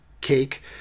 cake